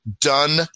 done